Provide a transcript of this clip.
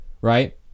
right